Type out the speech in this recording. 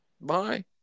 Bye